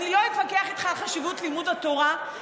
אני לא אתווכח איתך על חשיבות לימוד התורה.